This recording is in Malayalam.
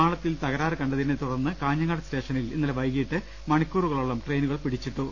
പാളത്തിൽ തകരാർ കണ്ടതിനെത്തുടർന്ന് കാഞ്ഞങ്ങാട് സ്റ്റേഷനിൽ ഇന്നലെ വൈകിട്ട് മണിക്കൂറുകളോളം ട്രെയിനു കൾ പിടിച്ചിട്ടു